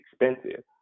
expensive